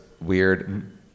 weird